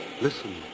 Listen